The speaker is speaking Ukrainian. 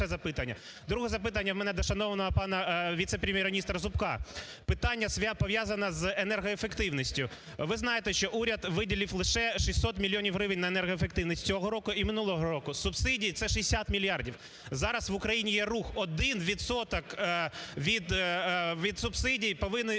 Друге запитання в мене до шановного пана віце-прем'єр-міністра Зубка, Питання пов'язане з енергоефективністю. Ви знаєте, що уряд виділив лише 600 мільйонів гривень на енергоефективність цього року і минулого року, субсидій – це 60 мільярдів. Зараз в Україні є рух, 1 відсоток від